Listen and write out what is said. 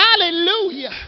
Hallelujah